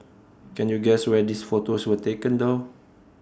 can you guess where these photos were taken though